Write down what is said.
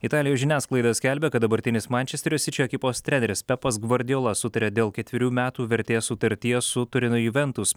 italijos žiniasklaida skelbia kad dabartinis mančesterio sičio ekipos treneris pepas gvardiola sutarė dėl ketverių metų vertės sutarties su turino juventus